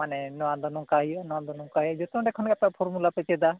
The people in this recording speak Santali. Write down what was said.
ᱢᱟᱱᱮ ᱱᱚᱣᱟ ᱫᱚ ᱱᱚᱝᱠᱟ ᱦᱩᱭᱩᱜᱼᱟ ᱱᱚᱣᱟ ᱫᱚ ᱱᱚᱝᱠᱟ ᱦᱩᱭᱩᱜᱼᱟ ᱡᱚᱛᱚ ᱚᱸᱰᱮ ᱠᱷᱚᱱ ᱜᱮ ᱟᱯᱮ ᱯᱷᱚᱨᱢᱩᱞᱟ ᱯᱮ ᱪᱮᱫᱟ